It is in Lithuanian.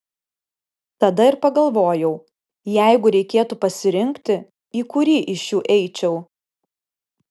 tada ir pagalvojau jeigu reikėtų pasirinkti į kurį iš šių eičiau